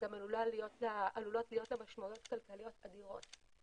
וגם עלולות להיות לה משמעויות כלכליות אדירות.